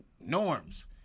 Norm's